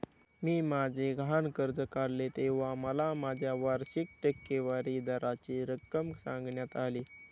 मी माझे गहाण कर्ज काढले तेव्हा मला माझ्या वार्षिक टक्केवारी दराची रक्कम सांगण्यात आली